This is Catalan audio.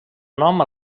nom